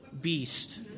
beast